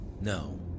No